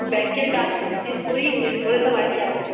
ব্যাংকের কাজ সব শেষ করি শেষ করে তো বাড়ি যাব